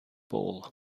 ball